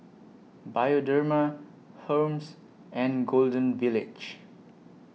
Bioderma Hermes and Golden Village